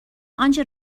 آنچه